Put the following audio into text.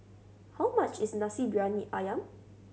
how much is Nasi Briyani Ayam